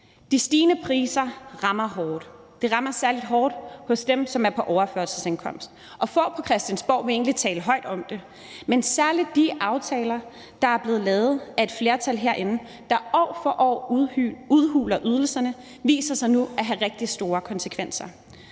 De stigende priser rammer hårdt. Det rammer særlig hårdt hos dem, som er på overførselsindkomst. Få på Christiansborg vil egentlig tale højt om det, men særlig de aftaler, der er blevet lavet af et flertal herinde, der år for år udhuler ydelserne, viser sig nu at have rigtig store konsekvenser.